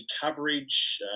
coverage